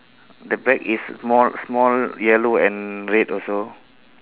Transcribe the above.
the back is small small yellow and red also